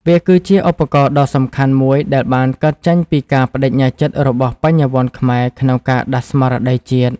វាគឺជាឧបករណ៍ដ៏សំខាន់មួយ ដែលបានកើតចេញពីការប្ដេជ្ញាចិត្តរបស់បញ្ញវន្តខ្មែរក្នុងការដាស់ស្មារតីជាតិ។